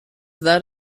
that